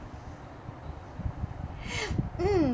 mm